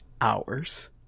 hours